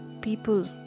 people